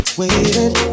waited